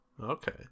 Okay